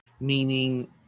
meaning